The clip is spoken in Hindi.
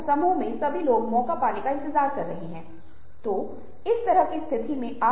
सहानुभूति क्या तर्कसंगत कारक है क्या विस्तार में भावनात्मक कारक है